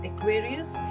Aquarius